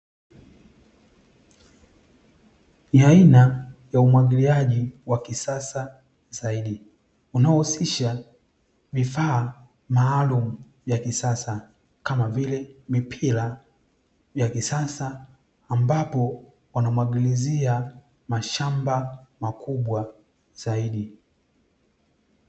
Ni aina ya umwagiliaji wa kisasa zaidi inayohusisha vifaa maalumu vya kisasa kama vile mipira ya kisasa, ambapo wanamwagilizia mashamba makubwa zaidi.